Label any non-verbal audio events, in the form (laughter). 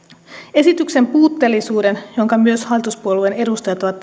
esityksen puutteellisuuden jonka myös hallituspuolueiden edustajat ovat (unintelligible)